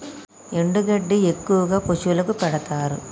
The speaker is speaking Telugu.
ఎండు గడ్డి ఎక్కువగా పశువులకు పెడుతారు